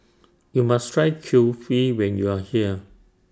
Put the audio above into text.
YOU must Try Kulfi when YOU Are here